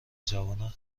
جوانان